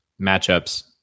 matchups